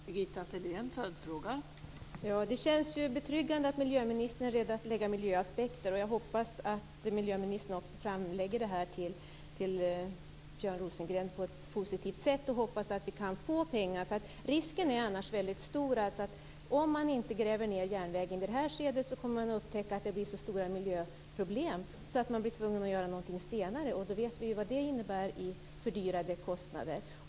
Fru talman! Det känns betryggande att miljöministern är beredd att ta hänsyn till miljöaspekter. Jag hoppas också att miljöministern lägger fram detta för Björn Rosengren på ett positivt sätt. Jag hoppas att vi kan få pengar. Om man inte gräver ned järnvägen är risken stor för att det blir så stora miljöproblem att man blir tvungen att göra någonting senare, och vi vet vad det innebär i fördyringar.